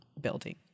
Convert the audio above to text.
building